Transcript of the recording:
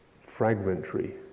fragmentary